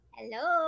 Hello